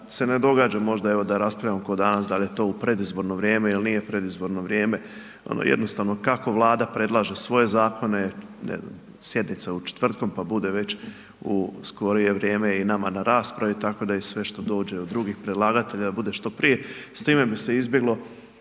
se ne događa možda evo da raspravljamo kao danas dal' je to u predizborno vrijeme ili nije predizborno vrijeme, ono jednostavno kako Vlada predlaže svoje Zakone, ne znam, sjednice u četvrtkom pa bude već u skorije vrijeme i na nama na raspravi tako da i sve što dođe i od drugih predlagatelja da bude što prije, s time bi se izbjeglo